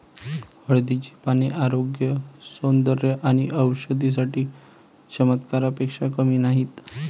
हळदीची पाने आरोग्य, सौंदर्य आणि औषधी साठी चमत्कारापेक्षा कमी नाहीत